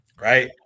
right